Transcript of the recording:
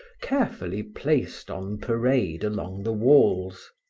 carefully placed on parade along the walls.